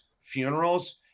funerals